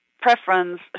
preference